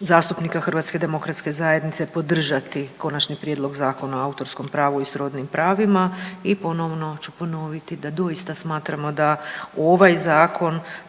zastupnika Hrvatske demokratske zajednice podržati Konačni prijedlog zakona o autorskom pravu i srodnim pravima i ponovno ću ponoviti da doista smatramo da ovaj zakon,